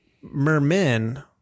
mermen